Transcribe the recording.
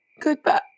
Goodbye